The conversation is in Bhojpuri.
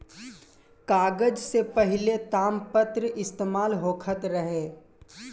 कागज से पहिले तामपत्र इस्तेमाल होखत रहे